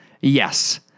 Yes